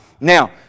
Now